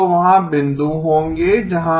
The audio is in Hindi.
तो वहाँ बिंदु होंगे जहाँ